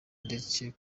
ndetse